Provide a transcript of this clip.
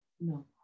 No